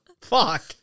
fuck